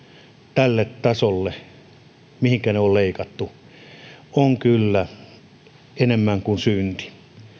tälle tasolle mihinkä ne on leikattu on kyllä enemmän kuin synti